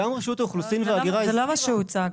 זה לא מה שהוצג.